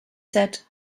said